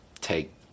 take